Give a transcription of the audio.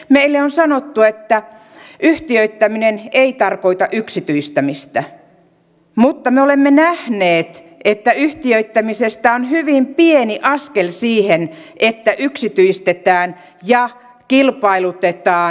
meille on sanottu että yhtiöittäminen ei tarkoita yksityistämistä mutta me olemme nähneet että yhtiöittämisestä on hyvin pieni askel siihen että yksityistetään ja kilpailutetaan